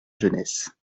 jeunesse